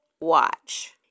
watch